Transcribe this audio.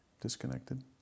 disconnected